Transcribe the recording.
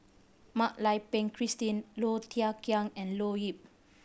Mak Lai Peng Christine Low Thia Khiang and Leo Yip